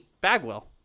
Bagwell